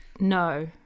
no